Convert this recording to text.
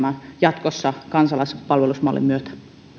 koko palvelusjärjestelmään jatkossa kansalaispalvelusmallin myötä